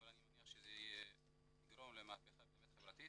אבל אני מניח שזה יגרום למהפכה חברתית.